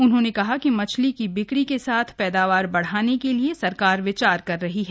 उन्होंने कहा कि मछली की बिक्री के साथ पैदावार बढ़ाने के लिए सरकार विचार कर रही है